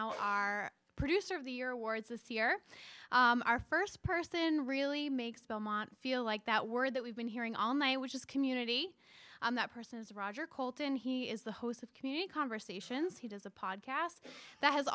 our our producer of the year awards this year our st person really makes belmont feel like that word that we've been hearing all night which is community and that person is roger colton he is the host of community conversations he does a podcast that has